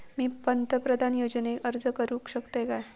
मी पंतप्रधान योजनेक अर्ज करू शकतय काय?